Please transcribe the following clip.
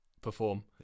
perform